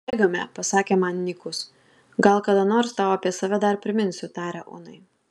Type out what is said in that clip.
bėgame pasakė man nykus gal kada nors tau apie save dar priminsiu tarė unai